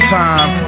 time